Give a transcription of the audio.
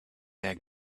egg